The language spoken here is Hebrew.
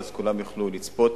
ואז כולם יוכלו לצפות